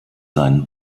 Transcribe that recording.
seinen